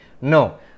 No